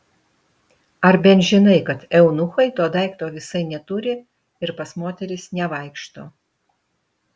ar bent žinai kad eunuchai to daikto visai neturi ir pas moteris nevaikšto